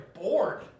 bored